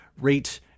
rate